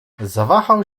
zawahał